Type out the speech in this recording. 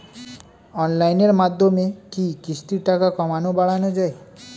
অনলাইনের মাধ্যমে কি কিস্তির টাকা কমানো বাড়ানো যায়?